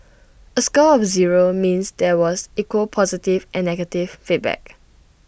A score of zero means there was equal positive and negative feedback